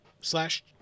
slash